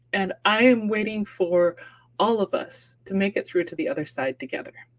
and i am waiting for all of us to make it through to the other side together.